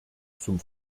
zum